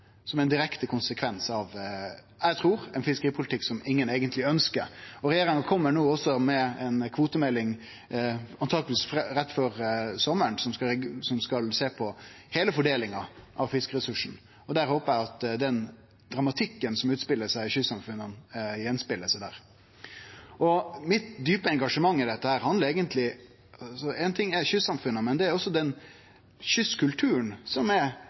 som ein direkte konsekvens av ein fiskeripolitikk eg trur ingen eigentleg ønskjer. Regjeringa kjem no med ei kvotemelding, truleg rett før sommaren, som skal sjå på heile fordelinga av fiskeressursane, og eg håpar at den dramatikken som utspelar seg i kystsamfunna, er spegla av der. Det djupe engasjementet mitt i dette handlar om kystsamfunna, men også om den kystkulturen som er i ferd med å bli øydelagd som